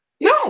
No